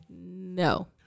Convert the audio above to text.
No